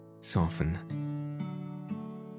soften